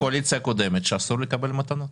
רק עניין אינפורמטיבי: בגלל שכבר נשלחו חידוש לרישיונות,